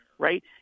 right